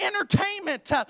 entertainment